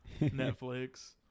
netflix